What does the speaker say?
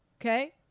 Okay